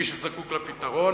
מי שזקוק לפתרון,